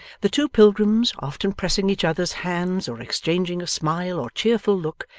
the two pilgrims, often pressing each other's hands, or exchanging a smile or cheerful look,